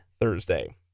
Thursday